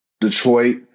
Detroit